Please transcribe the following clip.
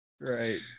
Right